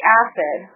acid